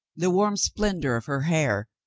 the warm splen dor of her hair,